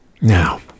Now